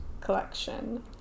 collection